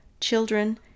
children